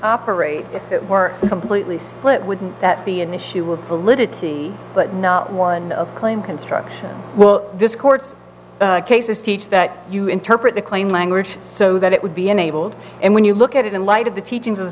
operate if it were completely split wouldn't that be an issue with politically but not one of claim construction well this court cases teach that you interpret the clean language so that it would be enabled and when you look at it in light of the teachings